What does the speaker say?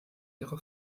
ihre